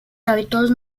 hábitos